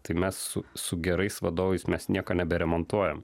tai mes su su gerais vadovais mes nieko neberemontuojam